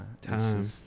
time